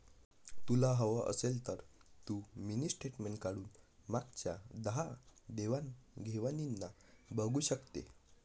तुला हवं असेल तर तू मिनी स्टेटमेंट काढून मागच्या दहा देवाण घेवाणीना बघू शकते